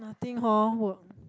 nothing hor work